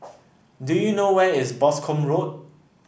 do you know where is Boscombe Road